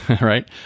Right